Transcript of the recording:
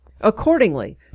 Accordingly